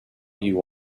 you